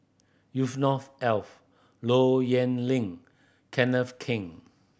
Yusnor Ef Low Yen Ling Kenneth Keng